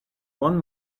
one